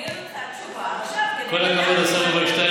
אני רוצה תשובה עכשיו כדי לדעת מה להצביע.